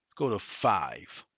go to five.